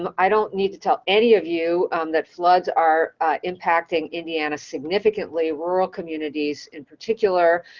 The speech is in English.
um i don't need to tell any of you um that floods are impacting indiana significantly, rural communities in particular.